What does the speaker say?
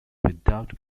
without